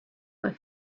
were